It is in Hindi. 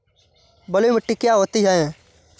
बलुइ मिट्टी क्या होती हैं?